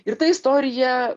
ir ta istorija